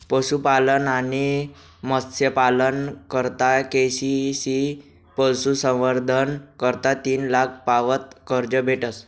पशुपालन आणि मत्स्यपालना करता के.सी.सी पशुसंवर्धन करता तीन लाख पावत कर्ज भेटस